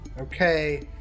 okay